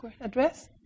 address